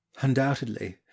Undoubtedly